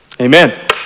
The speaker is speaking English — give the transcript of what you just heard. amen